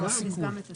את הסיכול.